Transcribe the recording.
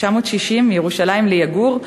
960 מירושלים ליגור,